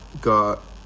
got